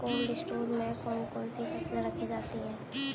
Cold storage में कौन कौन सी फसलें रखी जाती हैं?